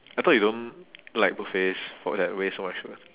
I thought you don't like buffets for that waste so much food